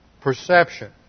perception